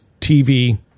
tv